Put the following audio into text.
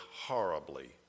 horribly